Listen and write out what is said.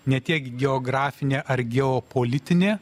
ne tiek geografinė ar geopolitinė